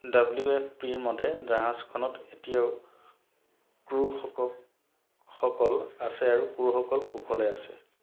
W F পিৰ মতে জাহাজখনত এতিয়াও ক্ৰুসক সকল আছে আৰু ক্ৰুসকল কুশলে আছে